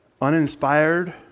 uninspired